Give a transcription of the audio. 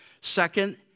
Second